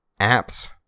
apps